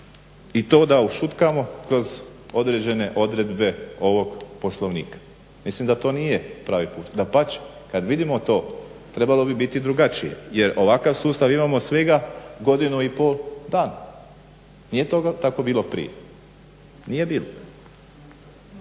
i to da ušutkamo kroz određene odredbe ovog Poslovnika? Mislim da to nije pravi put. Dapače, kad vidimo to trebalo bi biti drugačije jer ovakav sustav imamo svega godinu i pol dana. Nije to tako bilo prije, nije bilo.